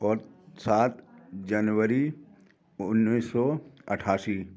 और सात जनवरी उन्नीस सौ अठासी